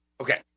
Okay